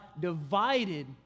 divided